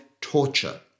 torture